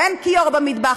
ואין כיור במטבח.